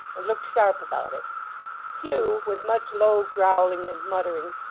and look sharp about it hugh, with much low growling and muttering,